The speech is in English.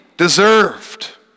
deserved